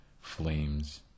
flames